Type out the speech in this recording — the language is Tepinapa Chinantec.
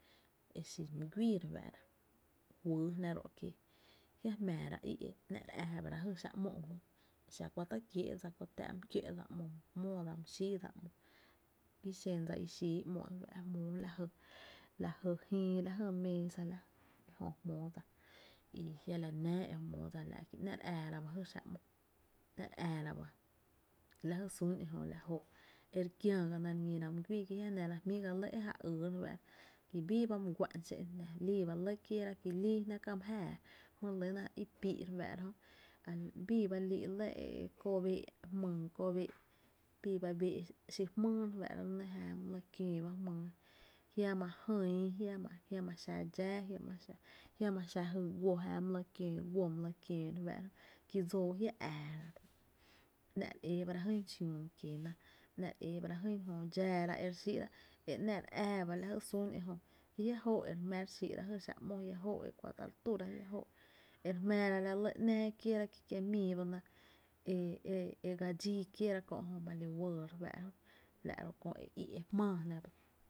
E xin my güii re fáá’ra, juyy jná ró’ ki jia jmⱥⱥra í’ jia’ ⱥⱥra la jy xáá’ ‘mo ba jö, a exa kuanta kiee’ dsa köö tá’ my kió’ dsa ‘mo my jmóó dsa my xíidsa ‘mo ki xen dsa i xíí ‘mo e fa’ jmóo la jy, la jy jïï, lajy meesa ejö jmóo dsa i jia0 la nⱥⱥ e jmóo dsa la’ ki ‘nⱥ’ re äära ba jy xáá’ ‘mo, ‘nⱥ’ re äära ba la jy sun ejö e la jóó’ e re kiäägana e re ñíra my güii, ki jia’ nera jmí’ ka lɇ e ja ýy re fáá’ra, ki bii ba my guá’n xé’n la lii ba lɇ kieera, ki líi jná kä my jáa jmy re lýna i píí’ re fáá’ra jö bii ba lii lɇ ko bee’ jmýy kó bee’, bii ba béé’ xi jmýy re fáá’ra, jö jää my la kiöö ba jmyy, jiama jïíi jiama xa dxáá jiama xa, jiama xa jy guo, my la kiöo guo ki dsóó jia’ äära ‘nⱥ’ re éébara jyn xiüü kiena, ‘nⱥ’ re éébara jyn jöö dxaara e re xíí’ra e ‘nⱥ’ re ää ba la jy sun ejö ki jia’ jóó’ e re jmá’ re xíí’ra jy xá’ ‘mo, jia’ jóó’ e ta kuante re túra jia’ jóó’ e re jmáára la lɇ ‘nⱥⱥ kieera ki kie’ mii ba na e e e gaa dxíí kieera kö’ jö e ma li wee re fáá’ra jö, la’ ro köö i´’ e jmáá jná ba.